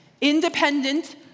independent